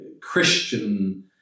Christian